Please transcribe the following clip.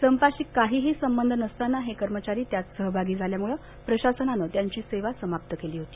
संपाशी काहीही संबंध नसताना हे कर्मचारी त्यात सहभागी झाल्यामुळं प्रशासनानं त्यांची सेवा समाप्त केली होती